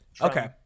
Okay